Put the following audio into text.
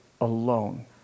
alone